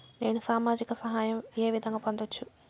నేను సామాజిక సహాయం వే విధంగా పొందొచ్చు?